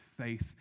faith